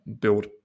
build